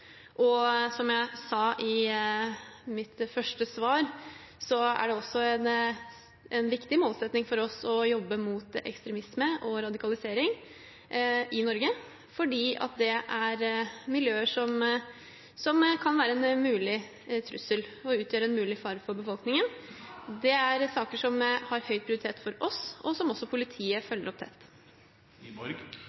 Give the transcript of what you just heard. Som jeg sa i mitt første svar, er det også en viktig målsetting for oss å jobbe mot ekstremisme og radikalisering i Norge fordi det er miljøer som kan være en mulig trussel og utgjøre en mulig fare for befolkningen. Det er saker som har høy prioritet for oss, og som også politiet